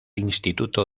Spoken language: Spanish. instituto